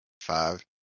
Five